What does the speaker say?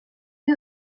you